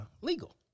legal